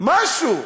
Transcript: משהו,